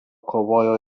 kovojo